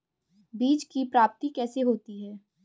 बीज की प्राप्ति कैसे होती है?